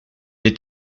est